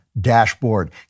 dashboard